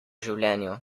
življenju